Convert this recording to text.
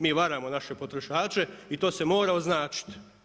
Mi varamo naše potrošače i to se mora označiti.